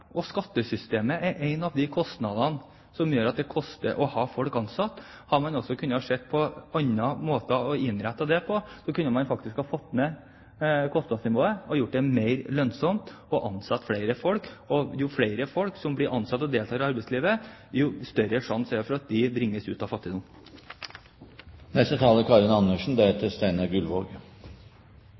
Skattesystemet er en av de kostnadene som gjør at det koster å ha folk ansatt. Hadde man kunnet se på andre måter å innrette det på, kunne man faktisk fått ned kostnadsnivået og gjort det mer lønnsomt å ansette flere folk. Jo flere folk som blir ansatt og deltar i arbeidslivet, jo større sjanse er det for at de bringes ut av fattigdom. Kvalifiseringsprogrammet er